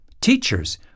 Teachers